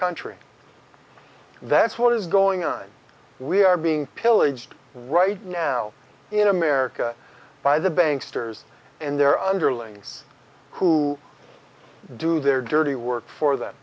country that's what is going on we are being pillaged right now in america by the banks toure's and their underlings who do their dirty work for th